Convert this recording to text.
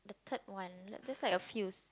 third one like there's like a few